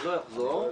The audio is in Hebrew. לא אחזור.